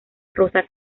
rosa